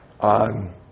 on